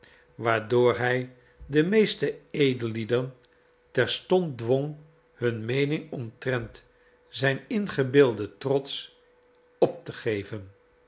waardoor hij de meeste edellieden terstond dwong hun meening omtrent zijn ingebeelden trots op te geven